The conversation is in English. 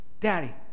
Daddy